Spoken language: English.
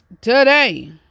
today